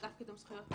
אגף קידום זכויות,